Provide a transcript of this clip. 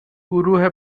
گروه